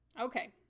Okay